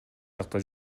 жакта